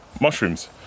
mushrooms